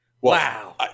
Wow